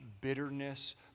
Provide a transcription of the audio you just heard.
bitterness